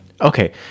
Okay